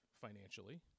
financially